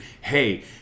hey